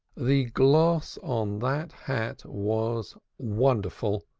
the gloss on that hat was wonderful,